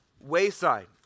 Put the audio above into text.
wayside